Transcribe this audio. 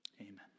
amen